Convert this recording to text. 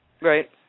Right